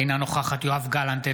אינה נוכחת יואב גלנט,